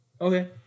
Okay